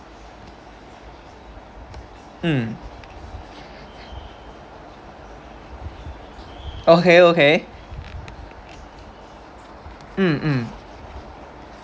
mm okay okay mm mm